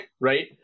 right